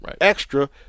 extra